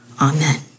Amen